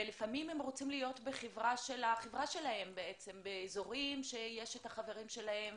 ולפעמים הם רוצים להיות בחברה שלהם באזורים שיש את החברים שלהם,